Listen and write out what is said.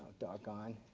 doggone